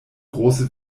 große